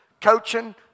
coaching